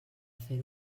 fer